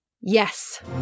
Yes